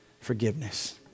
forgiveness